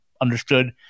understood